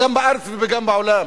גם בארץ וגם בעולם,